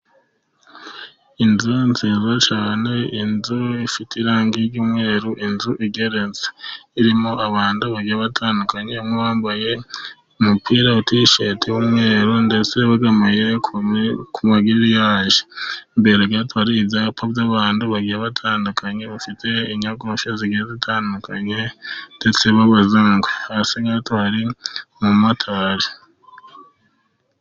Inzu nziza cyane, inzu ifite irangi ry'umweru, inzu igeretse. Irimo abantu bagiye batandukanye. Umwe wambaye umupira wa tisheti w'umweru, ndetse wegamiye ku magiriyaje. Imbere gato hari ibyapa by'abantu bagiye batandukanye, bafite inyogoshi zigiye zitandukanye, ndetse b'abazungu. Hasi gato hari umumotari.